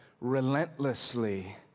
relentlessly